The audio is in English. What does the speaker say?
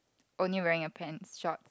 only wearing a pants short